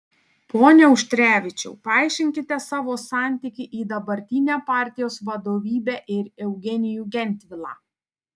pone auštrevičiau paaiškinkite savo santykį į dabartinę partijos vadovybę ir eugenijų gentvilą